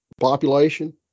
population